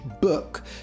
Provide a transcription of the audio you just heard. book